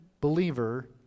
believer